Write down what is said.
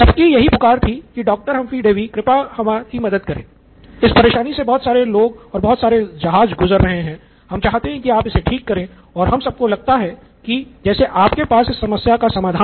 सबकी यह ही पुकार थी की डॉक्टर हम्फ्री डेवी कृपया हमारी मदद करें इस परेशानी से बहुत सारे लोग और बहुत सारे जहाज गुज़र रहे हैं और हम चाहेंगे की आप इसे ठीक करे और हम सब को लगता है जैसे की आपके पास इस समस्या एक समाधान है